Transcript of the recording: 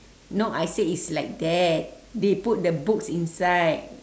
no I say it's like that they put the books inside